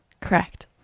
Correct